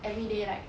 everyday right